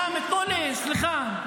רם, תנו לי, סליחה.